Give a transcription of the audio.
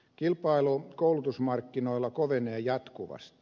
kilpailu koulutusmarkkinoilla kovenee jatkuvasti